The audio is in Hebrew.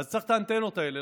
אז צריך את האנטנות האלה.